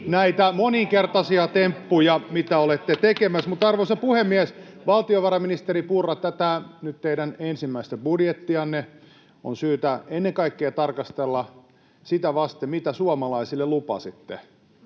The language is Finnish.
Näkymätön muste! — Hälinää — Puhemies koputtaa] Arvoisa puhemies! Valtiovarainministeri Purra, tätä teidän ensimmäistä budjettianne on syytä ennen kaikkea tarkastella sitä vasten, mitä suomalaisille lupasitte